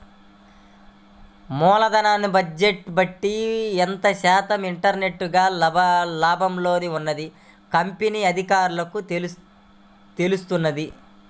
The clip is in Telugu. మూలధన బడ్జెట్ని బట్టి ఎంత శాతం ఇంటర్నల్ గా లాభాల్లో ఉన్నది కంపెనీ అధికారులకు తెలుత్తది